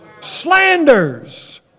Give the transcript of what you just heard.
slanders